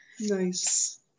Nice